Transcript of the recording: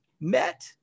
met